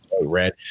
red